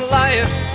life